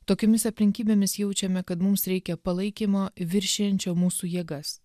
tokiomis aplinkybėmis jaučiame kad mums reikia palaikymo viršijančio mūsų jėgas